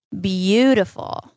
beautiful